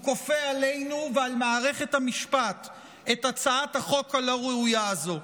הוא כופה עלינו ועל מערכת המשפט את הצעת החוק הלא-ראויה הזאת.